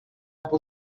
αφού